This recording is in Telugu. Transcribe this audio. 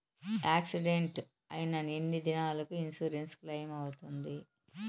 యాక్సిడెంట్ అయిన ఎన్ని దినాలకు ఇన్సూరెన్సు క్లెయిమ్ అవుతుంది?